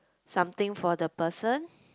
something for the person